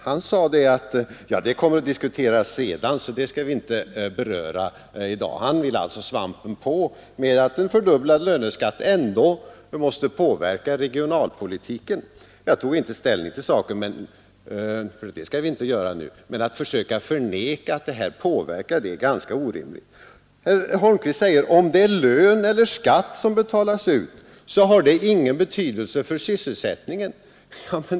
Han sade att vi kommer att diskutera det senare, så vi skall inte beröra det i dag. Han vill ändå göra gällande att en fördubblad löneskatt inte skulle påverka regionalpolitiken. Herr Holmqvist säger att det inte har någon betydelse för sysselsättningen om det är lön eller skatt som utbetalas.